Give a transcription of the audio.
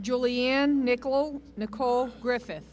julianne nicole nicole griffith